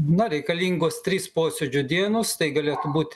na reikalingos trys posėdžių dienos tai galėtų būt